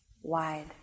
wide